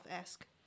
esque